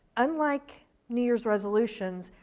unlike new year's resolutions,